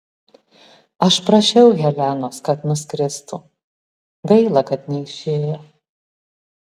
aš prašiau helenos kad nuskristų gaila kad neišėjo